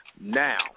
now